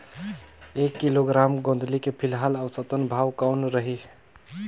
एक किलोग्राम गोंदली के फिलहाल औसतन भाव कौन रही?